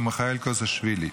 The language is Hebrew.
ומיכאל קוסאשווילי.